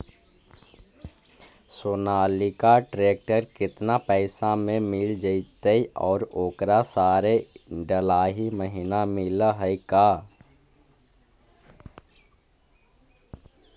Sonalika tractor केतना पैसा में मिल जइतै और ओकरा सारे डलाहि महिना मिलअ है का?